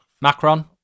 Macron